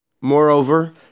Moreover